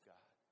God